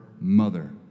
mother